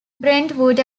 brentwood